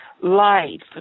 life